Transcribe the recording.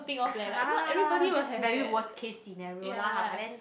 !huh! that's very worst case scenario lah but then